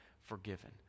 forgiven